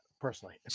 personally